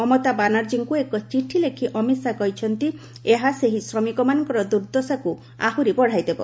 ମମତା ବାନାର୍ଜୀଙ୍କୁ ଏକ ଚିଠି ଲେଖି ଅମିତ ଶାହା କହିଛନ୍ତି ଏହା ସେହି ଶ୍ରମିକମାନଙ୍କର ଦୁର୍ଦ୍ଦଶା ଆହୁରି ବଢ଼ାଇଦେବ